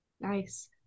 Nice